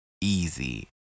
easy